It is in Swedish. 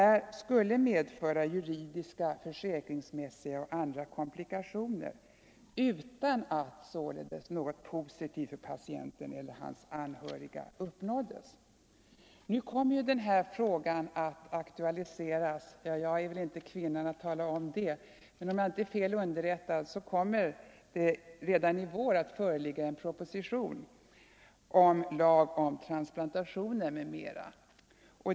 Detta skulle medföra juridiska, försäkringsmässiga och andra komplikationer utan att något positivt uppnåddes för patienten eller hans anhöriga. Nu kommer den här frågan att senare aktualiseras — jag är väl inte den som i denna församling ligger närmast till hands att tala om när. Men om jag inte är felunderrättad kommer det redan i vår att föreligga en proposition om lag om transplantationer m.m.